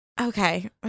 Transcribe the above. okay